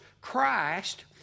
Christ